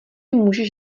můžeš